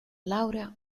laurea